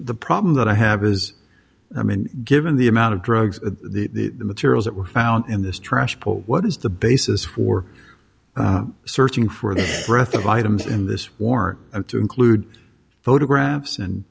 the problem that i have is i mean given the amount of drugs the materials that were found in this trash what is the basis for searching for the birth of items in this war to include photographs and